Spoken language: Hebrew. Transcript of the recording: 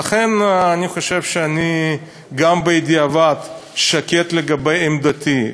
לכן אני חושב שאני גם בדיעבד שקט לגבי עמדתי,